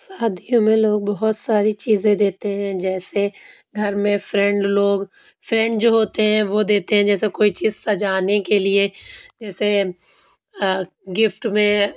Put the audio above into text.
شادیو میں لوگ بہت ساری چیزیں دیتے ہیں جیسے گھر میں فرینڈ لوگ فرینڈ جو ہوتے ہیں وہ دیتے ہیں جیسے کوئی چیز سجانے کے لیے جیسے گفٹ میں